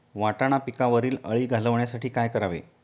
वाटाणा पिकावरील अळी घालवण्यासाठी काय करावे?